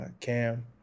Cam